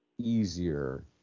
easier